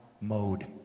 mode